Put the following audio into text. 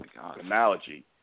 analogy